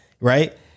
right